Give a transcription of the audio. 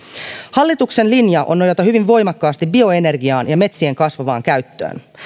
hallituksen linja on nojata hyvin voimakkaasti bioenergiaan ja metsien kasvavaan käyttöön